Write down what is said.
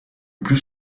plus